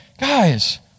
Guys